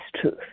truth